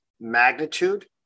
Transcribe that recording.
magnitude